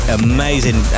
amazing